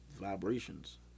Vibrations